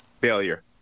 Failure